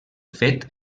fet